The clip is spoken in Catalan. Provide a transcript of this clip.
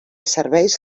serveis